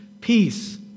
peace